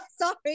Sorry